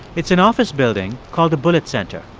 it's an office building called the bullitt center.